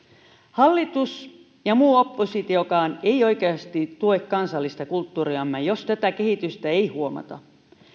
hallitus ja muu oppositiokaan ei oikeasti tue kansallista kulttuuriamme jos tätä kehitystä ei huomata